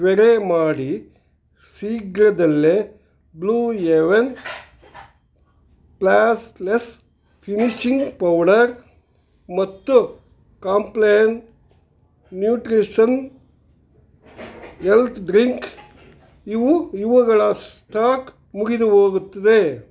ತ್ವರೆ ಮಾಡಿ ಶೀಘ್ರದಲ್ಲೇ Blue Heaven flawless finishing powder ಮತ್ತು ಕಾಂಪ್ಲ್ಯಾನ್ ನ್ಯೂಟ್ರಿಷನ್ ಎಲ್ತ್ ಡ್ರಿಂಕ್ ಇವು ಇವುಗಳ ಸ್ಟಾಕ್ ಮುಗಿದುಹೋಗುತ್ತದೆ